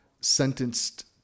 sentenced